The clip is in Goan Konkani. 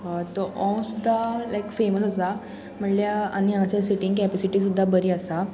हो सुद्दां लायक फेमस आसा म्हणल्यार आनी हाचे सिटींग कॅपिसिटी सुद्दां बरी आसा